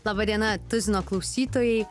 laba diena tuzino klausytojai